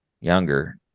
younger